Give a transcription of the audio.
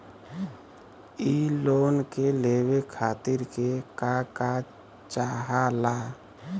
इ लोन के लेवे खातीर के का का चाहा ला?